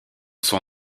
son